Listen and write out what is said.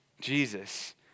Jesus